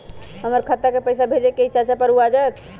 हमरा खाता के पईसा भेजेए के हई चाचा पर ऊ जाएत?